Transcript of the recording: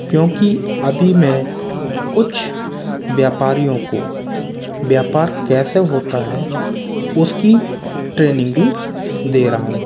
क्योंकि अभी मैं कुछ व्यापारियों को व्यापार कैसे होता है उसकी ट्रेनिंग भी दे रहा हूँ